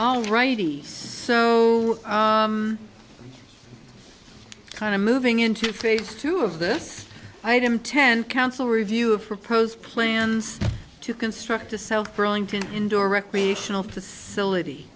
all righty so kind of moving into phase two of this item ten council review of proposed plans to construct a south burlington indoor recreational facility